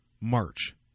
March